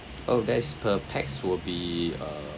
oh there's per pax will be uh